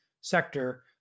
sector